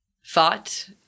fought